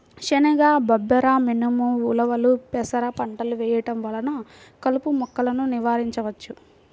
శనగ, బబ్బెర, మినుము, ఉలవలు, పెసర పంటలు వేయడం వలన కలుపు మొక్కలను నివారించవచ్చు